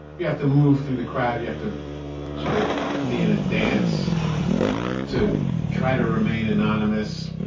you have to move through the crowd. you have to sort of be in a dance to try to remain anonymous.